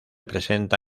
presenta